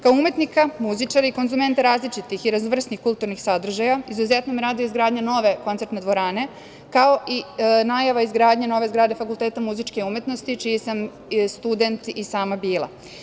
Kao umetnika, muzičara i konzumenta različitih i raznovrsnih kulturnih sadržaja, izuzetno me raduje izgradnja nove koncertne dvorane, kao i najava izgradnje nove zgrade Fakulteta muzičke umetnosti, čiji sam student i sama bila.